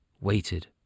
waited